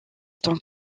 tant